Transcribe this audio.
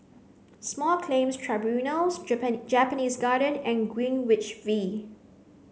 small Claims Tribunals Japanese Garden and Greenwich V